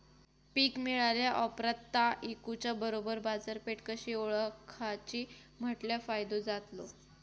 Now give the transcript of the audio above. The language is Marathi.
पीक मिळाल्या ऑप्रात ता इकुच्या बरोबर बाजारपेठ कशी ओळखाची म्हटल्या फायदो जातलो?